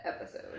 episode